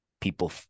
people